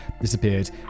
disappeared